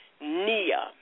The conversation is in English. Nia